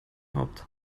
haupt